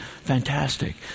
fantastic